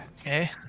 okay